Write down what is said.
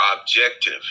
objective